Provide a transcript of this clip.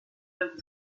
and